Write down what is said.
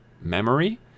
memory